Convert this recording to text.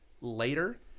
later